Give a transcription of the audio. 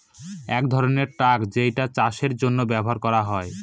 এক ধরনের ট্রাক যেটা চাষের জন্য ব্যবহার করা হয়